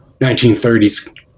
1930s